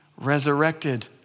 resurrected